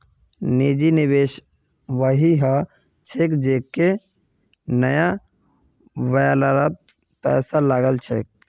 निजी निवेशक वई ह छेक जेको नया व्यापारत पैसा लगा छेक